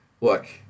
look